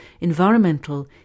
environmental